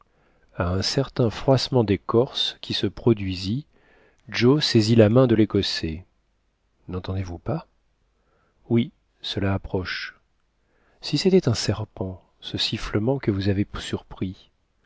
un certain froissement d'écorce qui se produisit joe saisit la main de l'écossais nentendez vous pas oui cela approche si c'était un serpent ce sifflement que vous avez surpris